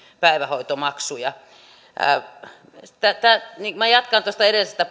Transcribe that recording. päivähoitomaksuja minä jatkan tuosta edellisestä